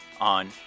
on